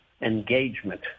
engagement